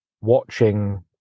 watching